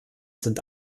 sind